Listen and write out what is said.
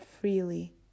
freely